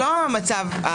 שמי שיפקח עליו זה היורשים.